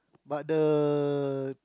but the